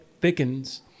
thickens